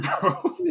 bro